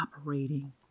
operating